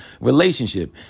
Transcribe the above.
relationship